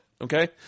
Okay